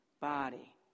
body